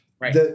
right